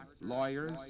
lawyers